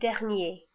dernier